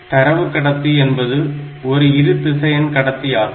தரவு கடத்தி என்பது ஓரு இருதிசையன் கடத்தி ஆகும்